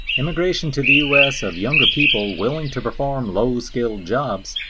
immigration to the us of younger people willing to perform low-skilled jobs,